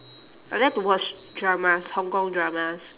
I like to watch dramas hong-kong dramas